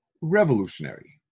revolutionary